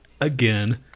again